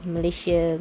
Malaysia